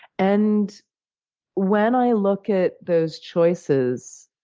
and when i look at those choices,